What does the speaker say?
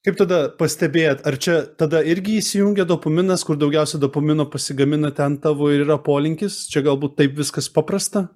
kaip tada pastebėt ar čia tada irgi įsijungia dopaminas kur daugiausiai dopamino pasigamina ten tavo ir yra polinkis čia galbūt taip viskas paprasta